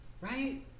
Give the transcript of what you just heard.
right